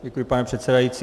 Děkuji, pane předsedající.